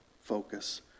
focus